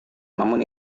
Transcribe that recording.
namun